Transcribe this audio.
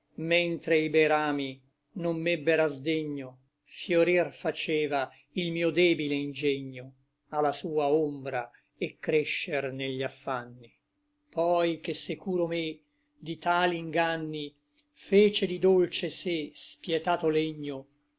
mentre i bei rami non m'ebber a sdegno fiorir faceva il mio debile ingegno a la sua ombra et crescer negli affanni poi che securo me di tali inganni fece di dolce sé spietato legno